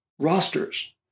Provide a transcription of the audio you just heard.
Rosters